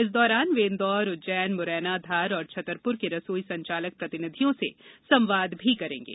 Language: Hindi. इस दौरान वे इंदौर उज्जैन म्रैना धार और छतरप्र के रसोई संचालक प्रतिनिधियों से संवाद भी करेंगे